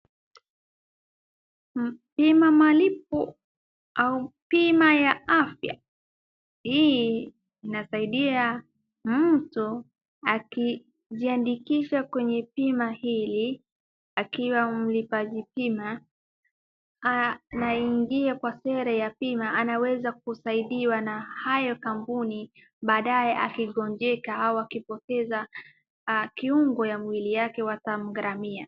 Bima malipo au bima ya afya. Hii inasaidia mtu akijiandikisha kwenye bima hili akiwa mlipaji bima, anaingie kwa sera ya bima anaweza kusaidiwa na hayo kampuni baadaye akigonjeka au akipoteza kiungo ya mwili yake watamgharamia.